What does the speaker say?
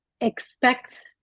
expect